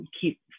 keep